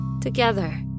together